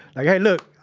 like, look,